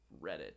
Reddit